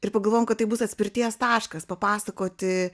ir pagalvojom kad tai bus atspirties taškas papasakoti